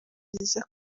byiza